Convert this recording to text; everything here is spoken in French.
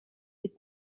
des